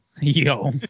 yo